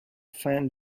fin